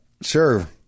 Sure